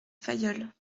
fayolle